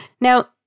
Now